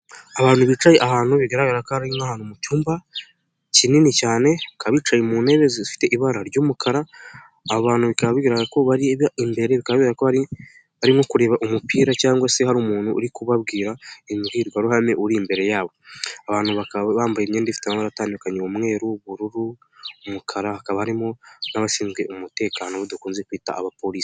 Abantu bicaye ahantu bigaragara ko ari nka hantu mu cyumba kinini cyane bakaba bicaye mu ntebe zifite ibara ry'umukara, abo bantu bikaba bigaragara ko bareba imbere bikaba bigaragara ko bari nko kureba umupira cyangwa se hari umuntu uri kubabwira imbwirwaruhame uri imbere yabo, abantu bakaba bambaye imyenda ifite amabara atandukanye umweru, ubururu, umukara, hakaba harimo n'abashinzwe umutekano bakunze kwita Abapolisi.